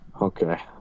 Okay